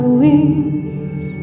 wings